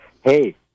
Hey